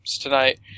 tonight